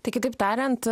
tai kitaip tariant